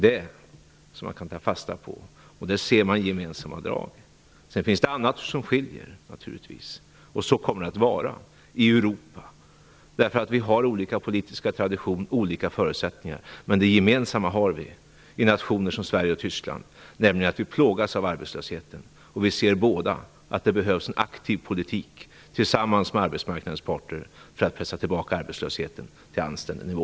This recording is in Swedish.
De här sakerna kan man ta fasta på, och här ser man gemensamma drag. Sedan finns det naturligtvis annat som skiljer, och så kommer det att vara i Europa. Vi har olika politisk tradition och olika förutsättningar, men det vi har gemensamt i nationer som Sverige och Tyskland är att vi plågas av arbetslösheten. Vi ser dessutom att det behövs en aktiv politik tillsammans med arbetsmarknadens parter för att pressa tillbaka arbetslösheten till anständig nivå.